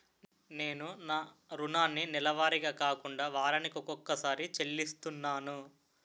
నేను నా రుణాన్ని నెలవారీగా కాకుండా వారాని కొక్కసారి చెల్లిస్తున్నాను